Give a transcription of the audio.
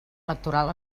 electoral